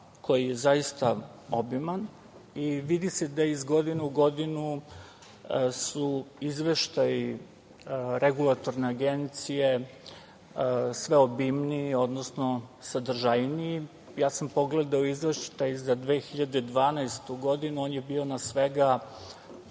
koji je zaista obiman i vidi se da su iz godine u godinu izveštaji Regulatorne agencije sve obimniji, odnosno sadržajniji. Pogledao sam izveštaj za 2012. godinu, on je bio na svega